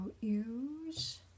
use